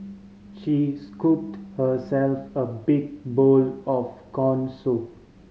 she scooped herself a big bowl of corn soup